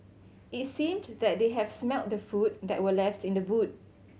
it seemed that they have smelt the food that were left in the boot